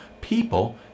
people